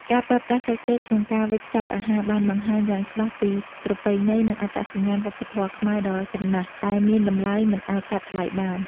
ការប្រើប្រាស់ស្លឹកចេកក្នុងការវេចខ្ចប់អាហារ បានបង្ហាញយ៉ាងច្បាស់ពី ប្រពៃណី និងអត្តសញ្ញាណវប្បធម៌ខ្មែរដ៏ចំណាស់ ដែលមានតម្លៃមិនអាចកាត់ថ្លៃបាន។